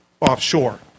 offshore